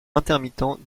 intermittents